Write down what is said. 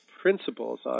principles